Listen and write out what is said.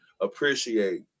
appreciate